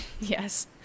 Yes